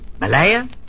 Malaya